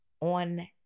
on